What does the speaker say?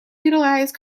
utilize